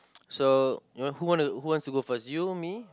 so you know who want who want to go first you me